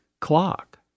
clock